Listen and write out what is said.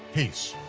peace,